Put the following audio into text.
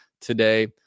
today